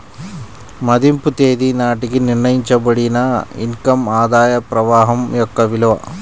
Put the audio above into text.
మదింపు తేదీ నాటికి నిర్ణయించబడిన ఇన్ కమ్ ఆదాయ ప్రవాహం యొక్క విలువ